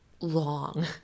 long